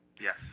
Yes